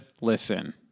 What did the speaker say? listen